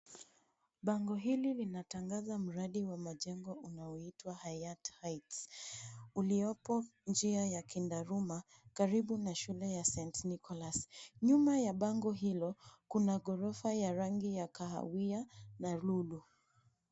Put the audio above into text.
Bango hili linatangaza mradi wa majengo unaoitwa Hayati heights uliopo njia ya Kindaruma karibu na shule ya saint nicholas . Nyuma ya bango hilo kuna ghorofa ya rangi ya kahawia na lulu.